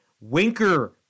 Winker